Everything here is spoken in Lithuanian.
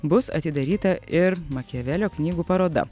bus atidaryta ir makiavelio knygų paroda